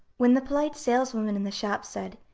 when the polite saleswomen in the shops said,